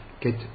get